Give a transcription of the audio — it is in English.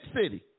City